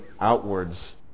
outwards